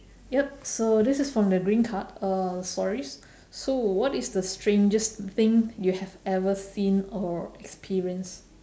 yup so this is from the green card uh sorry so what is the strangest thing you have ever seen or experienced